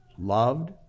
loved